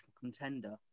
contender